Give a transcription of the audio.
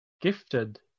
gifted